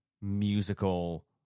musical